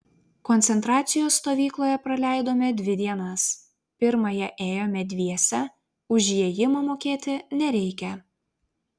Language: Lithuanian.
koncentracijos stovykloje praleidome dvi dienas pirmąją ėjome dviese už įėjimą mokėti nereikia